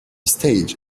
stage